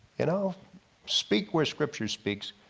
you know speak where scripture speaks,